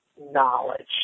knowledge